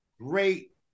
great